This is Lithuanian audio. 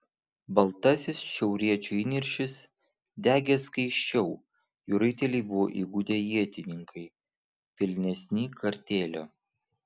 baltasis šiauriečių įniršis degė skaisčiau jų raiteliai buvo įgudę ietininkai pilnesnį kartėlio